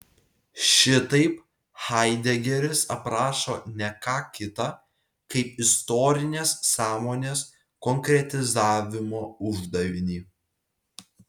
šitaip haidegeris aprašo ne ką kita kaip istorinės sąmonės konkretizavimo uždavinį